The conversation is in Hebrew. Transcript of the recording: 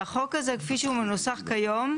והחוק הזה, כפי שהוא מנוסח כיום,